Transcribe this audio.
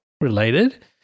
related